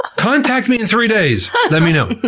contact me in three days, let me know.